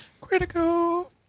Critical